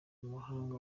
umuhanga